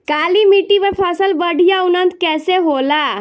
काली मिट्टी पर फसल बढ़िया उन्नत कैसे होला?